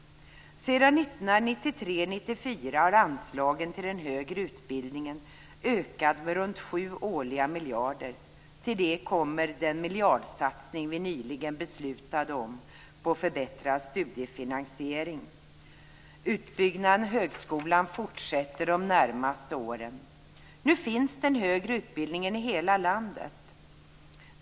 Sedan 1993/94 har anslagen till den högre utbildningen ökat med runt 7 årliga miljarder. Till det kommer den miljardsatsning vi nyligen beslutade om på förbättrad studiefinansiering. Utbyggnaden av högskolan fortsätter de närmaste åren. Nu finns den högre utbildningen i hela landet.